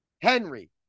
Henry